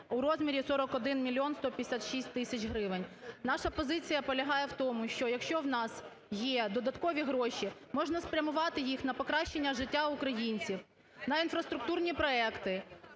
у розмірі 41 мільйон 156 тисяч гривень. Наша позиція полягає в тому, що, якщо у нас є додаткові гроші, можна спрямувати їх на покращення життя українців, на інфраструктурні проекти,